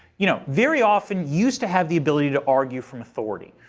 you know very often used to have the ability to argue from authority.